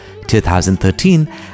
2013